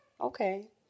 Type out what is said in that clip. Okay